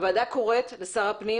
הוועדה קוראת לשר הפנים,